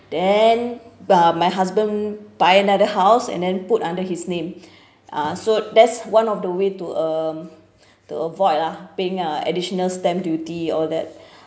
then uh my husband buy another house and then put under his name uh so that's one of the way to um to avoid lah paying a additional stamp duty all that